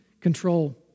control